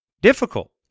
Difficult